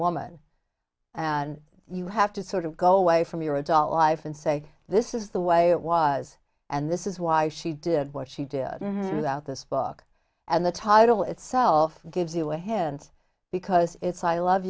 woman and you have to sort of go away from your adult life and say this is the way it was and this is why she did what she did without this book and the title itself gives you a hint because it's i love